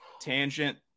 tangent